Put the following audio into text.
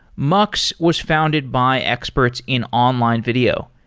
mux was founded by experts in online video,